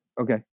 Okay